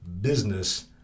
business